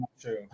true